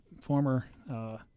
former